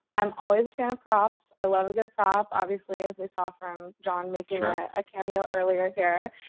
i'm always a fan of props. i love a good prop. obviously, as we saw from jon making a cameo earlier here.